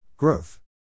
Growth